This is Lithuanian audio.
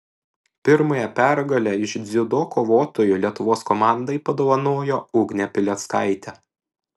pirmąją pergalę iš dziudo kovotojų lietuvos komandai padovanojo ugnė pileckaitė